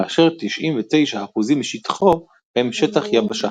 כאשר 99 אחוזים משטחו הם שטח יבשה.